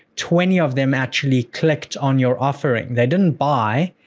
twenty of them actually clicked on your offering. they didn't buy,